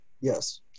yes